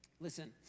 Listen